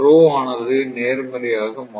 ஆனது நேர்மறை ஆக மாறும்